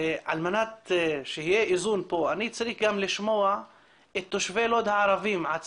ועל מנת שיהיה איזון פה אני צריך גם לשמוע את תושבי לוד עצמם,